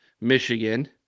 Michigan